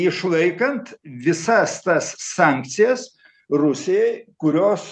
išlaikant visas tas sankcijas rusijai kurios